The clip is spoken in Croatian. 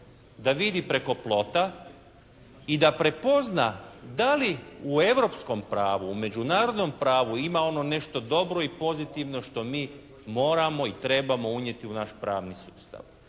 da vidi preko plota i da prepozna da li u Europskom pravu, u Međunarodnom pravu ima ono nešto dobro i pozitivno što mi moramo i trebamo unijeti u naš pravni sustav.